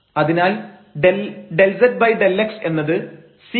അതിനാൽ ∂z∂x എന്നത് sec2u ∂u∂x